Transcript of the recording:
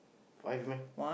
why with me